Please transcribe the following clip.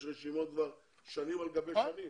יש כבר רשימות שנים על גבי שנים.